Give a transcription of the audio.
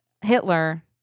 Hitler